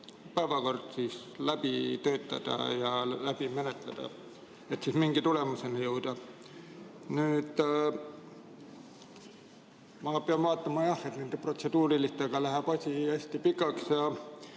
päevakord läbi töötada ja ära menetleda ning mingi tulemuseni jõuda. Nüüd ma vaatan, et nende protseduurilistega läheb asi hästi pikaks.